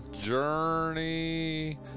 Journey